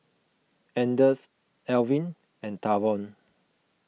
Anders Alvin and Tavon